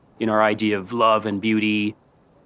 in our idea of love and beauty,